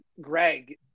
Greg